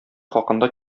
хакында